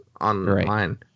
online